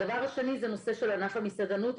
הדבר השני זה הנושא של ענף המסעדנות.